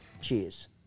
Cheers